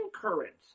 currents